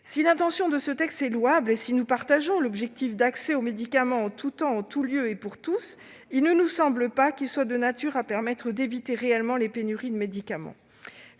Si l'intention de ce texte est louable, et si nous partageons l'objectif d'accès au médicament en tout temps, en tout lieu et pour tous, il ne nous semble pas être de nature à permettre d'éviter réellement les pénuries de médicaments.